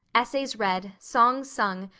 essays read, songs sung,